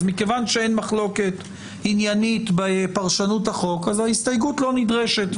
אז מכיוון שאין מחלוקת עניינית בפרשנות החוק אז ההסתייגות לא נדרשת,